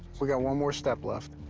we got one more step left.